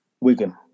Wigan